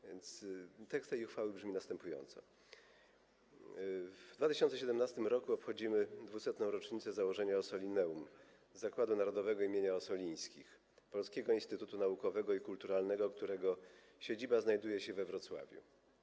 A więc tekst tej uchwały brzmi następująco: „W 2017 roku obchodzimy 200. rocznicę założenia Ossolineum - Zakładu Narodowego im. Ossolińskich, polskiego instytutu naukowego i kulturalnego, którego siedziba znajduje się we Wrocławiu.